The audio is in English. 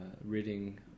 reading